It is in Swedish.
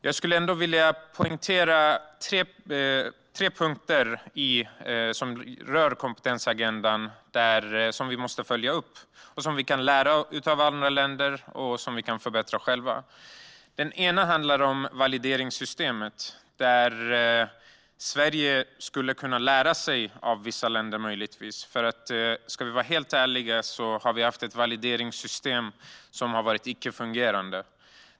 Jag vill ta upp tre punkter som rör kompetensagendan som vi måste följa upp där vi kan lära av andra länder och där vi själva kan bli bättre. En ena punkten handlar om valideringssystemet. Sverige skulle möjligtvis kunna lära sig av andra länder. Ska vi vara helt ärliga har vi haft ett valideringssystem som har varit icke-fungerande.